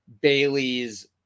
Bailey's